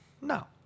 No